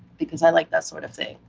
because i like that sort of thing.